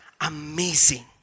amazing